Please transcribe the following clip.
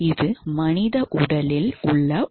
இது மனித உடலில் கூட உள்ளது